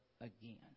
again